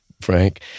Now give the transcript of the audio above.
Frank